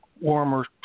warmer